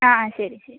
ആ ശരി ശരി